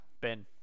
Ben